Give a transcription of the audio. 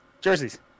Jerseys